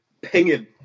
pinging